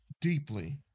deeply